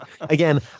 Again